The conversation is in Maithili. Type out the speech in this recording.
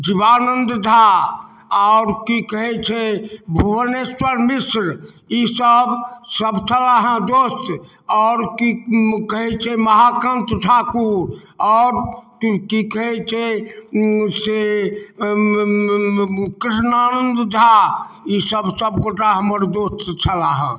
जीवानन्द झा आओर की कहै छै भुवनेश्वर मिश्र ई सब सब सब छलाहा दोस्त आओर की कहै छै महाकान्त झा कु आओर की कहै छै से कृष्णानन्द झा ई सब सब गोटा हमर दोस्त छलाहा